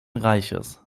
reiches